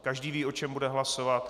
Každý ví, o čem bude hlasovat.